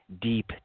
deep